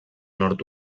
nord